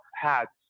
hats